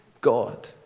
God